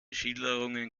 schilderungen